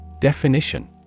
Definition